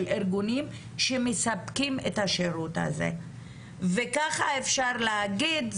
ארגונים שמספקים את השירות הזה וככה אפשר להגיד,